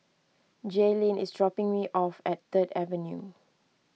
Jaelynn is dropping me off at Third Avenue